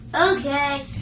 Okay